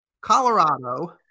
Colorado